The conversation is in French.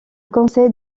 conseil